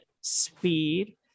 speed